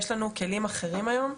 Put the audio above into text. כי בהליך הפלילי יש לנו כלים אחרים היום,